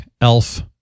Elf